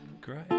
great